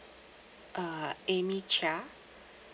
uh amy chia